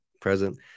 present